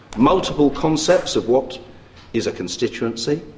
multiple concepts of what is a constituency,